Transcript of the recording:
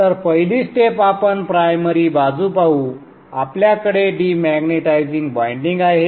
तर पहिली स्टेप आपण प्रायमरी बाजू पाहू आपल्याकडे डिमॅग्नेटिझिंग वायंडिंग आहे